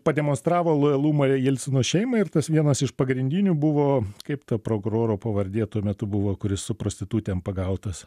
pademonstravo lojalumą jelcino šeimai ir tas vienas iš pagrindinių buvo kaip ta prokuroro pavardė tuo metu buvo kuris su prostitutėm pagautas